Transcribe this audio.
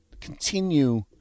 continue